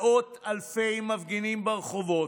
מאות אלפי מפגינים ברחובות,